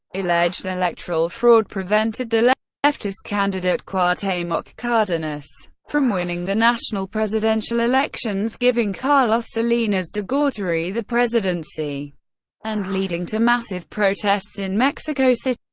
alleged electoral fraud prevented the like leftist candidate cuauhtemoc cardenas from winning the national presidential elections, giving carlos salinas de gortari the presidency and leading to massive protests in mexico city.